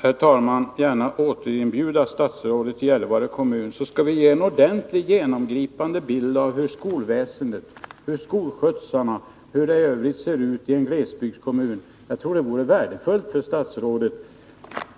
Herr talman! Jag vill trots allt gärna åter inbjuda statsrådet till Gällivare kommun, så skall vi ge en ordentlig, ingående bild av hur skolväsendet och skolskjutsarna fungerar och hur det i övrigt ser ut i en glesbygdskommun. Jag tror att det vore värdefullt för statsrådet.